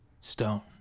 Stone